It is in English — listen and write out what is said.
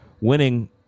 winning